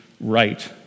right